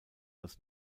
als